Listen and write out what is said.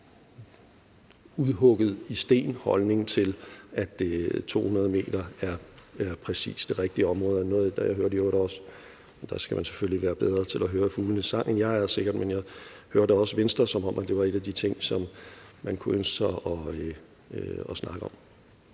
udhugget i sten-holdning til, at 200 m præcis er det rigtige område. Og i øvrigt hørte jeg også noget fra Venstre; der skal man selvfølgelig være bedre til at høre fuglenes sang, end jeg sikkert er, men det lød, som om det var en af de ting, man kunne ønske sig at snakke om.